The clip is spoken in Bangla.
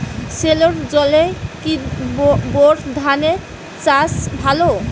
সেলোর জলে কি বোর ধানের চাষ ভালো?